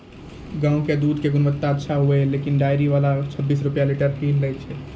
गांव के दूध के गुणवत्ता अच्छा होय या लेकिन डेयरी वाला छब्बीस रुपिया लीटर ही लेय छै?